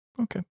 Okay